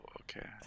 okay